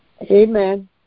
Amen